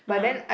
(uh huh)